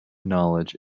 knowledge